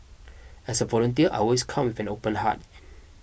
as volunteer I always come with an open heart